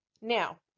Now